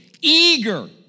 eager